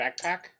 backpack